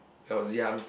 I was young